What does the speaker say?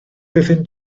iddynt